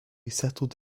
settled